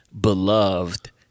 beloved